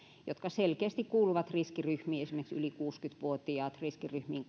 jotka selkeästi kuuluvat riskiryhmiin esimerkiksi yli kuusikymmentä vuotiaat riskiryhmiin